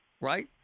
right